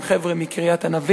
עם חבר'ה מקריית-ענבים,